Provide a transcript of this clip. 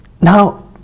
now